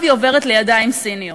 עכשיו היא עוברת לידיים סיניות.